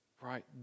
right